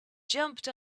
jumped